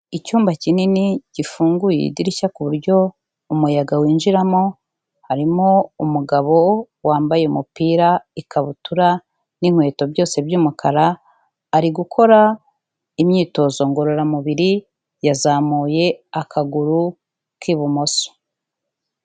Icyumba kinini gifunguye idirishya ku buryo umuyaga winjiramo, harimo umugabo wambaye umupira, ikabutura n'inkweto byose by'umukara, ari gukora imyitozo ngororamubiri yazamuye akaguru k'ibumoso.